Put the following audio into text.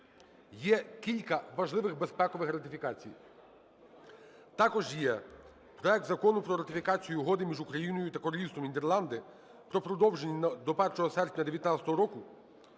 є кілька важливих безпекових ратифікацій, також є проект Закону про ратифікацію Угоди між Україною та Королівством Нідерланди про продовження до 1 серпня 2019 року